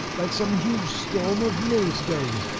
like some huge storm of mill-stones,